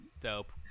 Dope